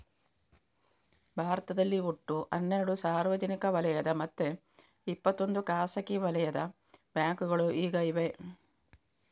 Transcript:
ಭಾರತದಲ್ಲಿ ಒಟ್ಟು ಹನ್ನೆರಡು ಸಾರ್ವಜನಿಕ ವಲಯದ ಮತ್ತೆ ಇಪ್ಪತ್ತೊಂದು ಖಾಸಗಿ ವಲಯದ ಬ್ಯಾಂಕುಗಳು ಈಗ ಇವೆ